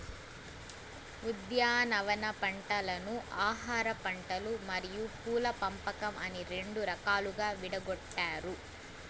ఉద్యానవన పంటలను ఆహారపంటలు మరియు పూల పంపకం అని రెండు రకాలుగా విడగొట్టారు